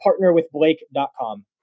partnerwithblake.com